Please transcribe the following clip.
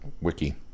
wiki